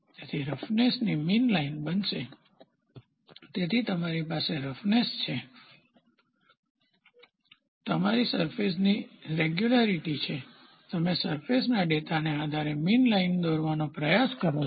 તેથી રફનેસની mean line બનશે તેથી તમારી પાસે રફનેસ છે તમારી સરફેસની રેગ્યુલારીટી છે તમે સરફેસના ડેટાના આધારે મીન લાઇન દોરવાનો પ્રયાસ કરો છો